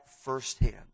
firsthand